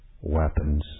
Weapons